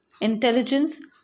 intelligence